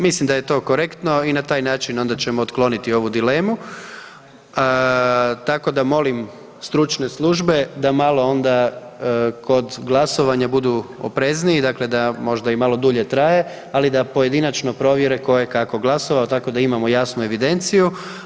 Mislim da je to korektno i na taj način onda ćemo otkloniti ovu dilemu, tako da molim stručne službe da malo onda kod glasovanja budu oprezniji, dakle da možda i malo dulje traje, ali da pojedinačno provjere ko je kako glasovao tako da imamo jasnu evidenciju.